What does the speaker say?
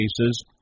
cases